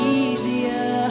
easier